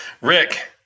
Rick